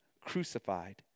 crucified